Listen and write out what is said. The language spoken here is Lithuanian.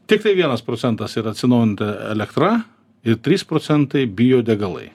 tiktai vienas procentas ir atsinaujinta elektra ir trys procentai biodegalai